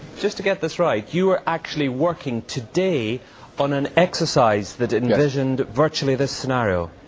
just to get this right, you were actually working today on an exercise that envisioned virtually this scenario?